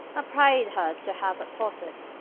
prayed her to have a posset,